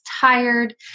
tired